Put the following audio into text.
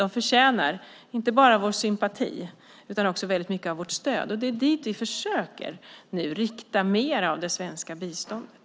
De förtjänar inte bara vår sympati utan också väldigt mycket av vårt stöd. Det är dit vi nu försöker rikta mer av det svenska biståndet.